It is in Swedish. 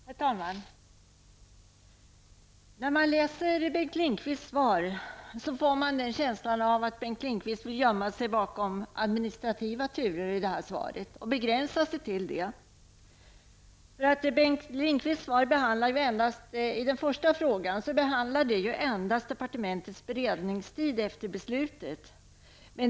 Herr talman! När man läser Bengt Lindqvists svar får man känslan av att Bengt Lindqvist vill gömma sig bakom administrativa turer i det här svaret och begränsa sig till det. Bengt Lindqvists svar på den första frågan behandlar ju endast departementets beredningstid efter beslutet.